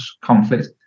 conflict